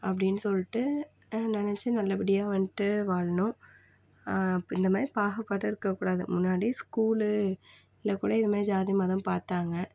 அப்படின்னு சொல்லிட்டு நினைச்சி நல்ல படியாக வந்துட்டு வாழனும் இப்போ இந்தமாதிரி பாகுபாடாக இருக்க கூடாது முன்னாடி ஸ்கூலு இதில் கூட இது மாதிரி ஜாதி மதம் பார்த்தாங்க